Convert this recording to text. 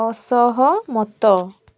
ଅସହମତ